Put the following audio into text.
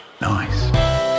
Nice